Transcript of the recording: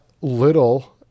little